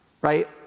right